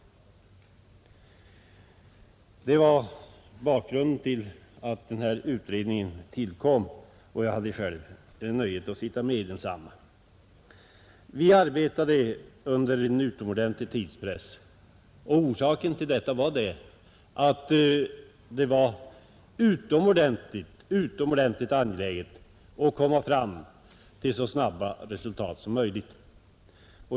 Det var bakgrunden till att utredningen tillkom, och jag hade själv nöjet att sitta med i densamma. Utredningen arbetade under en utomordentlig tidspress, och orsaken till detta var att det var oerhört angeläget att komma fram till så snabba resultat som möjligt.